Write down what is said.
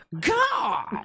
God